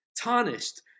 Tarnished